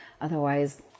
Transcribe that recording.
otherwise